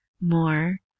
more